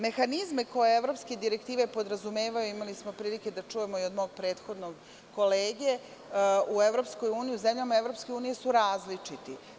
Mehanizmi koje evropske direktive podrazumevaju, imali smo prilike da čujemo i od mog prethodnog kolege, u zemljama Evropske unije su različiti.